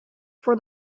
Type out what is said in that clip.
for